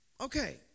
okay